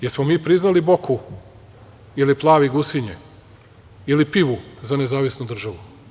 Da li smo mi priznali Boku ili Plav i Gusinje ili Pivu za nezavisnu državu?